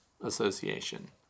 association